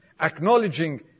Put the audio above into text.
acknowledging